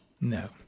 No